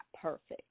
perfect